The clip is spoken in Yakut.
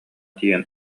тиийэн